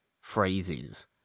phrases